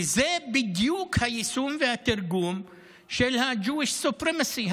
וזה בדיוק היישום והתרגום של ה-Jewish Supremacy,